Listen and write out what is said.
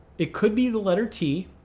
it could be the letter t.